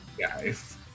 guys